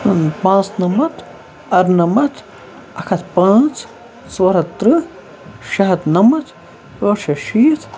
پانٛژھ نَمَتھ اَرنَمَتھ اکھ ہَتھ پانٛژھ ژور ہَتھ تٕرٛہ شےٚ ہَتھ نَمَتھ ٲٹھ شیٚتھ شیٖتھ